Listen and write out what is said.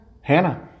Hannah